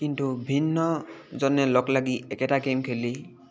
কিন্তু ভিন্নজনে লগ লাগি একেটা গেম খেলি